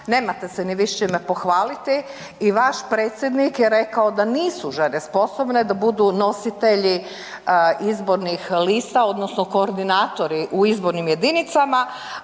nemate se ni vi s čime pohvaliti i vaš predsjednik je rekao da nisu žene sposobne da budu nositelji izbornih lista odnosno koordinatori u izbornim jedinicama,